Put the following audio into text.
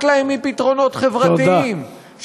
שאכפת להם מפתרונות חברתיים,